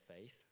faith